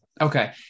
Okay